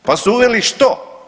Pa su uveli što?